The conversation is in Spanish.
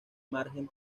margen